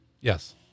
Yes